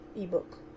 ebook